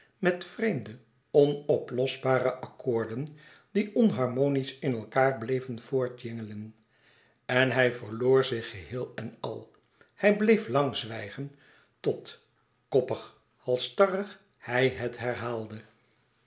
met vreemde onoplosbare accoorden die onharmonisch in elkaâr bleven voorttjingelen en hij verloor zich geheel en al hij bleef lang zwijgen tot koppig halsstarrig hij het herhaalde